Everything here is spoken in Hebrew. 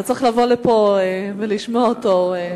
אתה צריך לבוא לפה ולשמוע אותו.